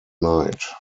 knight